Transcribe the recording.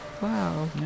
Wow